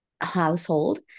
household